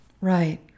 right